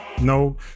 No